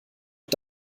und